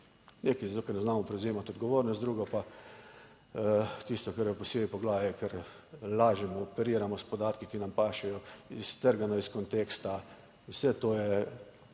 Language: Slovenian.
Nekaj zato, ker ne znamo prevzemati odgovornost, drugo pa tisto, kar je posebej poglavje, ker lažemo, operiramo s podatki, ki nam pašejo iztrgano iz konteksta. In vse to je